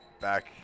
back